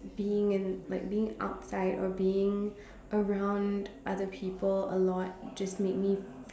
being in like being outside or being around other people a lot just made me